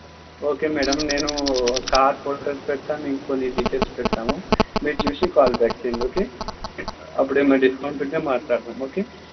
okay madam నేను car photos పెడతాను మీకు కొన్ని డీటైల్స్ పెడతాము మీరు చూసి కాల్ బ్యాక్ చేయండి ఓకే అప్పుడు ఏమన్నా డిస్కౌంట్ ఉంటే మాట్లాడుదాం ఓకే